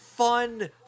Fun